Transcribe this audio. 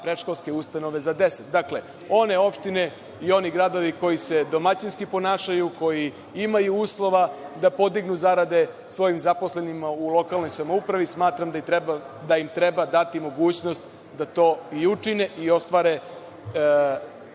predškolske ustanove za 10%. Dakle, one opštine i oni gradovi koji se domaćinski ponašaju, koji imaju uslova da podignu zarade svojim zaposlenima u lokalnoj samoupravi, smatram da im treba dati mogućnost da to i učine i ostvare